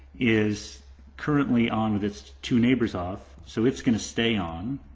is currently on with its two neighbors off, so it's going to stay on.